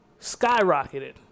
skyrocketed